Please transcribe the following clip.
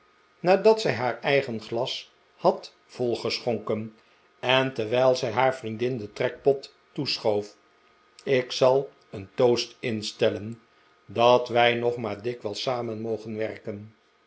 nadat zij haar eigen glas had volgeschonken en terwijl zij haar vriendin den trekpot toeschoof ik zal een toast instellen dat wij nog maar dikwijls samen mogen werken